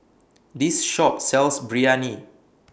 This Shop sells Biryani